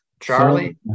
Charlie